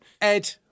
Ed